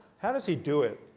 how does he do it?